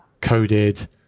coded